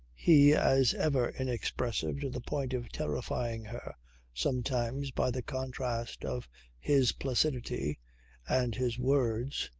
he, as ever inexpressive to the point of terrifying her sometimes by the contrast of his placidity and his words,